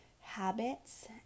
habits